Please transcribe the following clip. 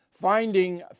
Finding